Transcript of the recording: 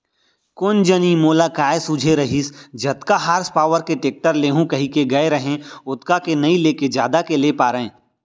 कोन जनी मोला काय सूझे रहिस जतका हार्स पॉवर के टेक्टर लेहूँ कइके गए रहेंव ओतका के नइ लेके जादा के ले पारेंव